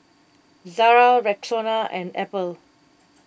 Zara Rexona and Apple